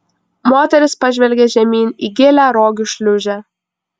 moteris pažvelgė žemyn į gilią rogių šliūžę